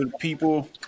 People